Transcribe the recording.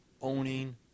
owning